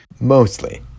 Mostly